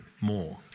more